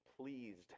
pleased